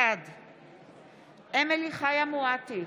בעד אמילי חיה מואטי,